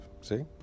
see